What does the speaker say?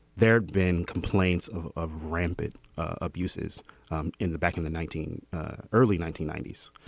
there had been complaints of of rampant abuses um in the back in the nineteen early nineteen ninety s.